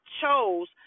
chose